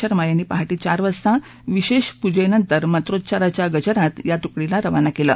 शर्मा यांनी पहा वार वाजता विशेष पुजे नंतर मंत्रोउच्चारच्या गजरात या तुकडीला रवाना केलं